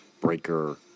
breaker